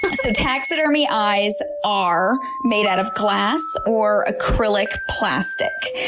but so taxidermy eyes are made out of glass or acrylic plastic.